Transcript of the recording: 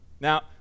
Now